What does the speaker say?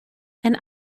and